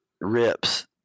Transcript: rips